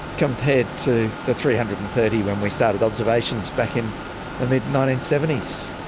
compared to the three hundred and thirty when we started observations back in the mid nineteen seventy s.